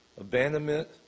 abandonment